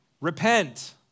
repent